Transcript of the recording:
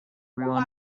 ruin